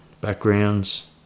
backgrounds